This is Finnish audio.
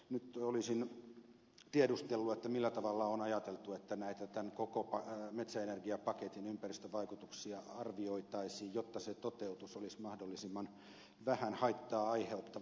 nyt olisin tiedustellut millä tavalla on ajateltu että näitä tämän koko metsäenergiapaketin ympäristövaikutuksia arvioitaisiin jotta se toteutuisi olisi mahdollisimman vähän haittaa aiheuttava